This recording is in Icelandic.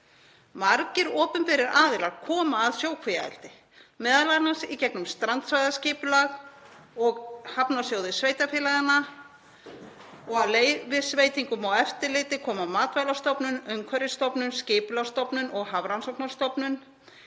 Margir opinberir aðilar koma að sjókvíaeldi, m.a. í gegnum strandsvæðaskipulag og hafnarsjóði sveitarfélaganna og að leyfisveitingum og eftirliti koma Matvælastofnun, Umhverfisstofnun, Skipulagsstofnun og Hafrannsóknastofnun.